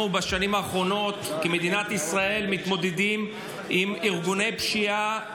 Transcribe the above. בשנים האחרונות אנחנו כמדינת ישראל מתמודדים עם ארגוני פשיעה,